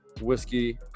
whiskey